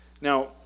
Now